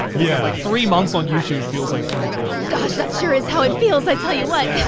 yeah like three months on youtube feels like three years. gosh, that's sure is how it feels, i tell you what.